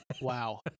Wow